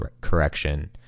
correction